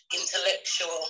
intellectual